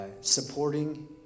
supporting